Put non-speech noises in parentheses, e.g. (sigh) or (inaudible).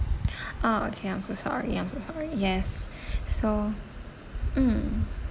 (breath) oh okay I'm so sorry I'm so sorry yes (breath) so mm